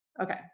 Okay